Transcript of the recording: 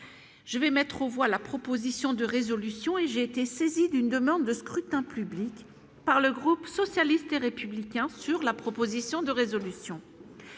je vais mettre aux voix la proposition de résolution et j'ai été saisi d'une demande de scrutin public par le groupe socialiste et républicain sur la proposition de résolution,